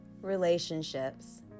relationships